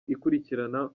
ikurikirana